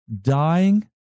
dying